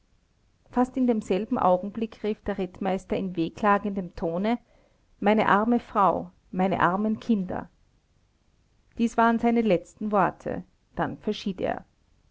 fast in demselben augenblick rief der rittmeister in wehklagendem tone meine arme frau meine armen kinder dies waren seine letzten worte dann verschied er